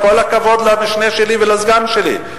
עם כל הכבוד למשנה שלי ולסגן שלי,